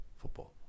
Football